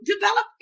develop